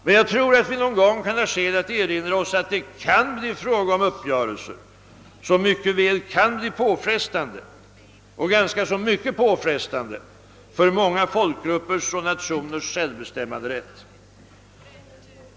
Men jag tror att vi har skäl att någon gång erinra oss att det kan bli fråga om uppgörelser som mycket väl kan bli påfrestande, ja synnerligen påfrestande för många folkgruppers och nationers självbestämmanderätt.